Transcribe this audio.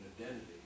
identity